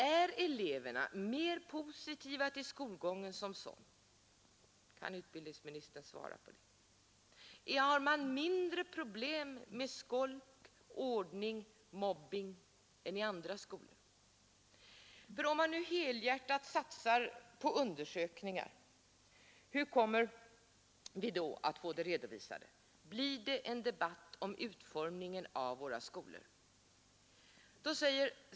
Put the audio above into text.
Är eleverna mer positiva till skolgången som sådan — kan utbildningsministern svara på det? Har man mindre problem med skolk, ordning, mobbing än i andra skolor? Om man nu helhjärtat satsar på sådana undersökningar, hur kommer då dessa resultat att redovisas? Blir det en debatt om utformningen av våra skolor?